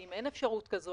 האם אין אפשרות כזאת,